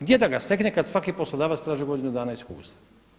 Gdje da ga stekne kada svaki poslodavac traži godinu dana iskustva?